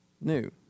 new